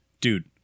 dude